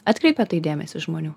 atkreipė dėmesį žmonių